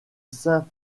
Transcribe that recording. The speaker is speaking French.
saint